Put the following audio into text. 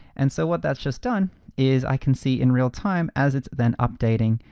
and so what that's just done is i can see in real-time, as it's been updating,